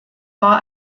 war